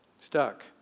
stuck